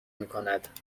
میکند